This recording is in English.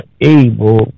able